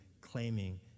claiming